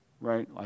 right